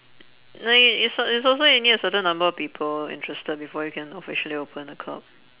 like i~ it's it's also you need a certain number of people interested before you can officially open a club